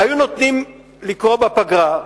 היו נותנים לקרוא בפגרה.